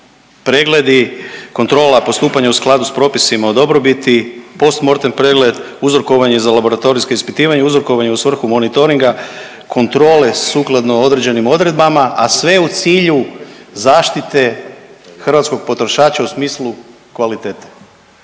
pregledi kontrola postupanja u skladu s propisima o dobrobiti, post mortem pregled, uzorkovanje za laboratorijska ispitivanja i uzorkovanje u svrhu monitoringa, kontrole sukladno određenim odredbama, a sve u cilju zaštite hrvatskog potrošača u smislu kvalitete.